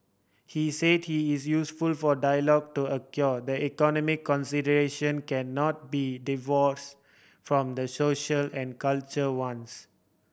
he said he is useful for dialogue to the economic consideration cannot be divorce from the social and cultural ones